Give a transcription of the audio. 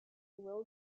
will